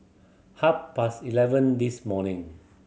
half past eleven this morning